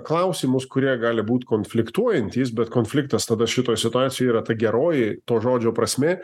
klausimus kurie gali būt konfliktuojantys bet konfliktas tada šitoj situacijoj yra ta geroji to žodžio prasmė